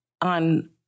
on